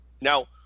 Now